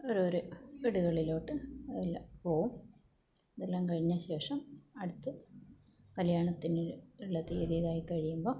അവരോര വീടുകളിലോട്ട് അവരെല്ലാം പോവും ഇതെല്ലാം കഴിഞ്ഞ ശേഷം അടുത്ത് കല്യാണത്തിനുള്ള തീയതി ഇതായിക്കഴിയുമ്പോൾ